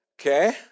Okay